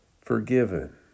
forgiven